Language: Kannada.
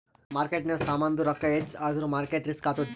ಮಾರ್ಕೆಟ್ನಾಗ್ ಸಾಮಾಂದು ರೊಕ್ಕಾ ಹೆಚ್ಚ ಆದುರ್ ಮಾರ್ಕೇಟ್ ರಿಸ್ಕ್ ಆತ್ತುದ್